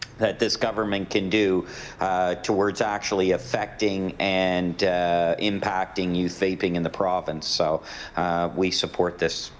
that this government can do towards actually affecting and impacting youth vaping in the province so we support this.